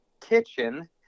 kitchen